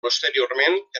posteriorment